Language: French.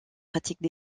pratiques